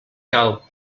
cal